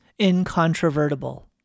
incontrovertible